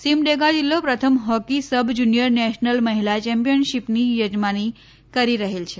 સિમડેગા જિલ્લો પ્રથમ hockey sub junior national મહિલા ચેમ્પિયનશીપની યજમાની કરી રહેલ છે